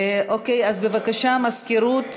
אז בבקשה, מזכירות.